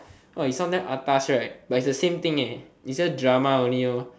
!wah! you sound damn atas right but it's the same thing eh is just drama only lor